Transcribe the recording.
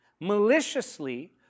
maliciously